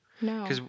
No